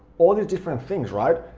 all these different things, right?